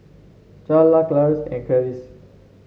Charla Clarnce and Karis